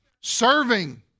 Serving